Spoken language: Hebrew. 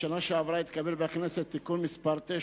בשנה שעברה התקבל בכנסת תיקון מס' 9